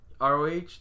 ROH